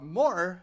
more